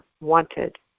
wanted